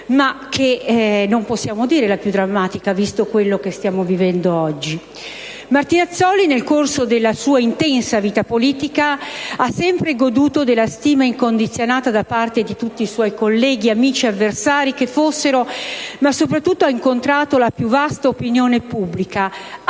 ritenevamo la più drammatica della nostra storia nazionale più recente. Martinazzoli, nel corso della sua intensa vita politica, ha sempre goduto della stima incondizionata da parte di tutti i suoi colleghi, amici o avversari che fossero, ma soprattutto ha incontrato la più vasta opinione pubblica,